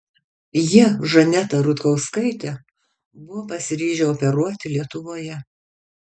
jie žanetą rutkauskaitę buvo pasiryžę operuoti lietuvoje